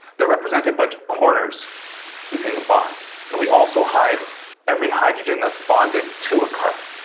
they're represented by corners between the bonds, and we also hide every hydrogen that's bonded to a carbon.